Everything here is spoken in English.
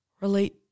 relate